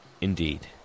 Indeed